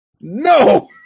no